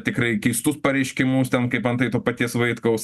tikrai keistus pareiškimus ten kaip antai to paties vaitkaus